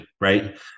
right